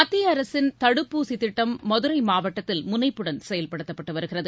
மத்தியஅரசின் தடுப்பூசிதிட்டு மதுரைமாவட்டத்தில் முனைப்புடன் செயல்படுத்தப்பட்டுவருகிறது